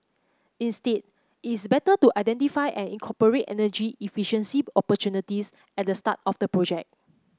instead it's better to identify and incorporate energy efficiency opportunities at the start of the project